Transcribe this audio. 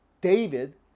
David